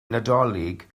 nadolig